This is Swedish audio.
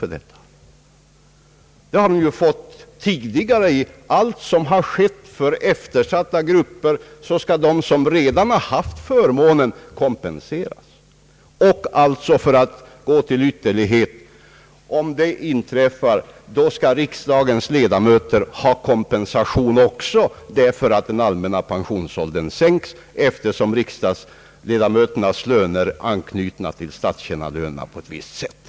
Tidigare har det alltid varit så, att när något gjorts för eftersatta grupper skulle de, som redan har haft förmånen, kompenseras. För att gå till en ytterlighet kan jag säga, att också riksdagens ledamöter skall ha kompensation om den allmänna pensionsåldern sänks, eftersom riksdagsledamöternas löner är anknutna till statstjänarlönerna på ett visst sätt.